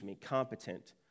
competent